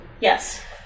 Yes